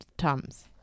Tums